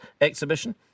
exhibition